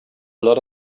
lot